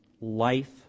life